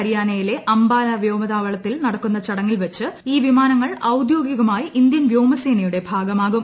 ഹരിയാനയിലെ അംബാല വ്യോമതാവളത്തിൽ നടക്കുന്ന ചടങ്ങിൽ വച്ച് ഈ വിമാനങ്ങൾ ഔദ്യോഗികമായി ഇന്ത്യൻ വ്യോമസേനയുടെ ഭാഗമാകും